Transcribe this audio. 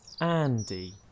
Andy